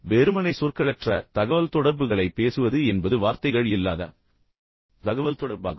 இப்போது வெறுமனே சொற்களற்ற தகவல்தொடர்புகளைப் பேசுவது என்பது வார்த்தைகள் இல்லாத தகவல்தொடர்பாகும்